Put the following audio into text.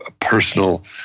personal